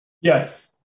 Yes